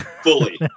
fully